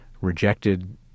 rejected